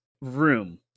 room